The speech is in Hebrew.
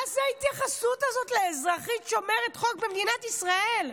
מה זה ההתייחסות הזאת לאזרחית שומרת חוק במדינת ישראל?